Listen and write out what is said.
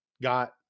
got